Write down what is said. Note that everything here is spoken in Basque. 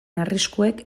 arriskuek